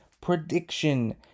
prediction